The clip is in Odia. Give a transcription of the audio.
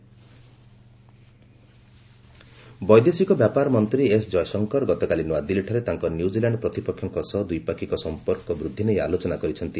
ନ୍ୟୁଜିଲାଣ୍ଡ ଇଣ୍ଡିଆ ବୈଦେଶିକ ବ୍ୟାପାର ମନ୍ତ୍ରୀ ଏସ୍ ଜୟଶଙ୍କର ଗତକାଲି ନୂଆଦିଲ୍ଲୀଠାରେ ତାଙ୍କ ନ୍ୟୁଜିଲାଣ୍ଡ ପ୍ରତିପକ୍ଷଙ୍କ ସହ ଦ୍ୱିପାକ୍ଷିକ ସଫପର୍କ ବୃଦ୍ଧି ନେଇ ଆଲୋଚନା କରିଛନ୍ତି